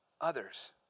others